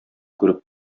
күреп